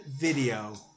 video